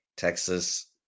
Texas